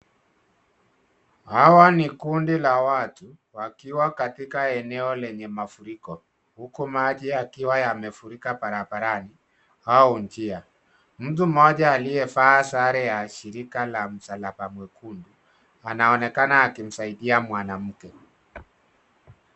Hawa ni kundi la watu wakiwa katika eneo lenye mafuriko huku maji yakiwa yamefurika barabarani au njia mtu mmoja aliyevaa sare ya shirika la msalaba mwekundu anaonekana akimsaidia mwanamke.